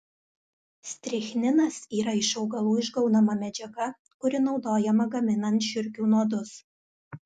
strichninas yra iš augalų išgaunama medžiaga kuri naudojama gaminant žiurkių nuodus